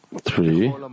Three